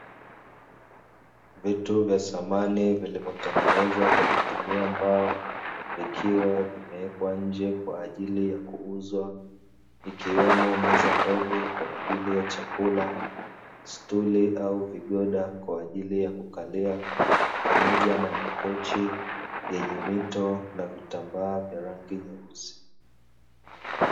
Vitu vya samani vilivyotengenezwa kwa kutumia mbao, vikiwa vimwekwa nje kwa ajili ya kuuzwa, ikiwemo meza ndogo kwa ajili ya chakula, stuli au vigoda kwa ajili ya kukalia pamoja na makochi yenye mito na vitambaa vya rangi nyeusi.